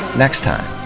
next time,